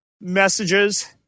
messages